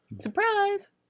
Surprise